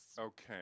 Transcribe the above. Okay